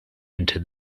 into